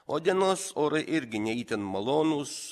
o dienos orai irgi ne itin malonūs